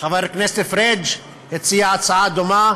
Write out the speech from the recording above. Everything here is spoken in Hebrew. חבר הכנסת פריג' הציע הצעה דומה,